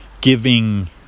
Giving